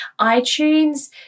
iTunes